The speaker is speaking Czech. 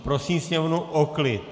Prosím sněmovnu o klid!